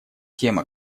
тема